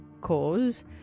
cause